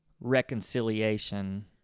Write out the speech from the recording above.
reconciliation